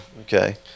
Okay